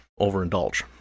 overindulge